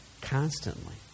Constantly